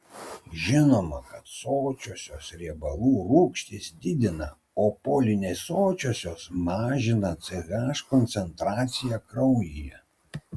žinoma kad sočiosios riebalų rūgštys didina o polinesočiosios mažina ch koncentraciją kraujyje